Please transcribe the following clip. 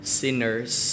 sinners